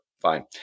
Fine